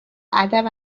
ادب